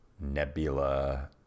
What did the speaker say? nebula